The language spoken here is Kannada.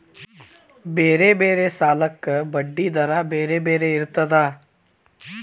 ಬೇರೆ ಬೇರೆ ಸಾಲಕ್ಕ ಬಡ್ಡಿ ದರಾ ಬೇರೆ ಬೇರೆ ಇರ್ತದಾ?